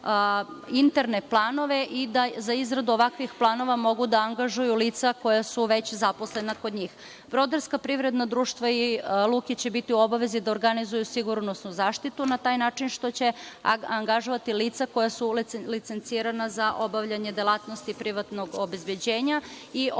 interne planove i da za izradu ovakvih planova mogu da angažuju lica koja su već zaposlena kod njih. Brodarska privredna društva i luke će biti u obavezi da organizuju sigurnosnu zaštitu na taj način što će angažovati lica koja su licencirana za obavljanje delatnosti privatnog obezbeđenja i ovu